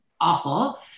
awful